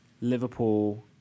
Liverpool